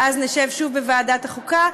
ואז נשב שוב בוועדת החוקה,